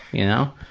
you know.